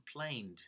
complained